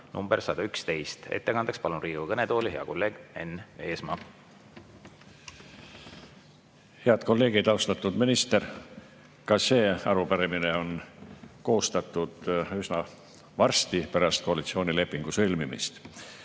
(nr 111). Ettekandjaks palun Riigikogu kõnetooli hea kolleegi Enn Eesmaa. Head kolleegid! Austatud minister! Ka see arupärimine on koostatud üsna varsti pärast koalitsioonilepingu sõlmimist